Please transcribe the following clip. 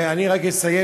אני רק אסיים,